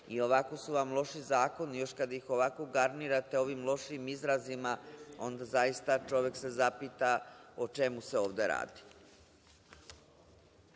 I ovako su vam loši zakoni, još kad ih ovako garnirate ovim lošim izrazima, onda zaista čovek se zapita o čemu se ovde radi.